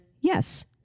Yes